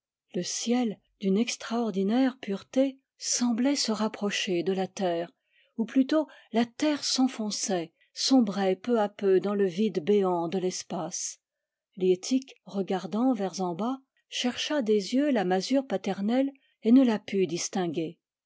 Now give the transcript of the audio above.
le ciel d'une extraordinaire pureté semblait se rapprocher de la terre ou plutôt la terre s'enfonçait sombrait peu à peu dans le vide béant de l'espace liettik regardant vers en bas chercha des yeux la masure paternelle et ne la put distinguer